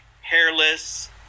hairless